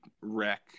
wreck